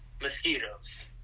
Mosquitoes